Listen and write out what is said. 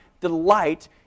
delight